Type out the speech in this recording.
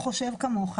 חבר הכנסת אורבך,